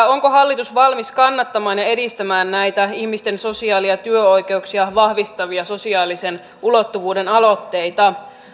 onko hallitus valmis kannattamaan ja edistämään näitä ihmisten sosiaali ja ja työoikeuksia vahvistavia sosiaalisen ulottuvuuden aloitteita